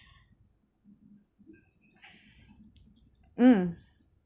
mm